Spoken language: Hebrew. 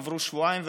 עברו שבועיים,